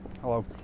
hello